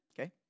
okay